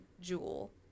jewel